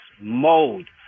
mode